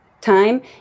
time